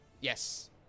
Yes